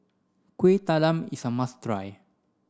Kueh Talam is a must try